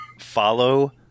Follow